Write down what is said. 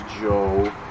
Joe